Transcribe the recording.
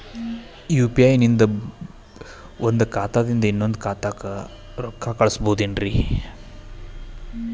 UPI ನಿಂದ ಒಂದ್ ಖಾತಾದಿಂದ ಇನ್ನೊಂದು ಖಾತಾಕ್ಕ ರೊಕ್ಕ ಹೆಂಗ್ ಕಳಸ್ಬೋದೇನ್ರಿ?